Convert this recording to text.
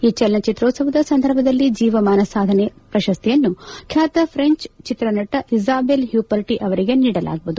ಈ ಚಲನ ಚಿತ್ರೋತ್ಸವದ ಸಂದರ್ಭದಲ್ಲಿ ಜೀವಮಾನ ಸಾಧನೆ ಪ್ರಶಸ್ತಿಯನ್ನು ಖ್ಯಾತ ಫ್ರೆಂಚ್ ಚಿತ್ರನಟಿ ಇಸಾಬೆಲ್ ಪ್ಯೂಪರ್ಟ್ ಅವರಿಗೆ ನೀಡಲಾಗುವುದು